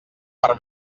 per